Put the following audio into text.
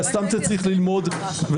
אלא סתם כשאתה צריך ללמוד ולהשתתף.